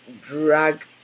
drag